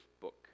book